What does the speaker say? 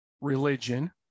religion